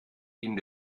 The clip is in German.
ihnen